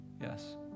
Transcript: Yes